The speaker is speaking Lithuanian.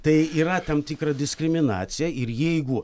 tai yra tam tikra diskriminacija ir jeigu